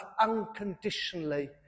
unconditionally